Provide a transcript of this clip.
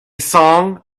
song